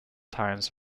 towns